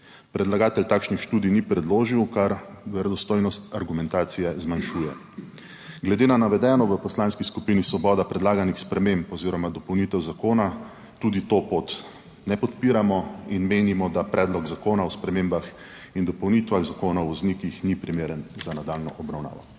Predlagatelj takšnih študij ni predložil, kar verodostojnost argumentacije zmanjšuje. Glede na navedeno v Poslanski skupini Svoboda predlaganih sprememb oziroma dopolnitev zakona tudi to pot ne podpiramo in menimo, da Predlog zakona o spremembah in dopolnitvah Zakona o voznikih ni primeren za nadaljnjo obravnavo.